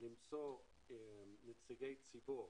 למצוא נציגי ציבור